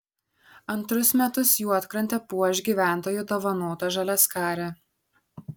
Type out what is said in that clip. antrus metus juodkrantę puoš gyventojų dovanota žaliaskarė